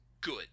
good